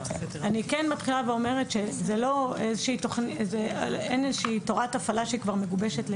אני כן מתחילה ואומרת שאין איזושהי תורת הפעלה שהיא כבר מגובשת לגמרי,